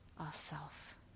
ourself